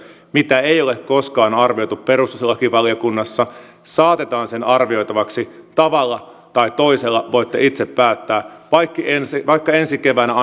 mitä ei ole koskaan arvioitu perustuslakivaliokunnassa saatetaan sen arvioitavaksi tavalla tai toisella voitte itse päättää vaikka ensi keväänä